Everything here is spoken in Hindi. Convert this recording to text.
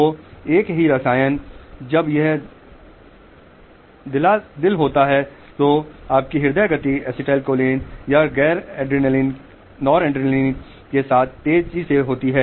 तो एक ही रसायन जब यह दिल होता है तो आपकी हृदय गति एसिटाइलकोलाइन या गैर एड्रेनालिन के साथ तेजी से होती है